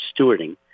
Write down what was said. stewarding